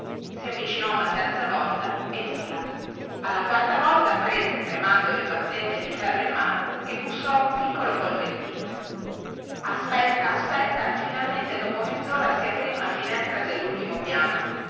si avvicinò una terza volta e nulla la quarta volta prese tremando il battente di ferro in mano e bussò un piccolo colpettino aspetta aspetta finalmente dopo mezzora si aprì una finestra dellultimo piano